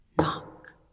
Knock